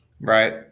right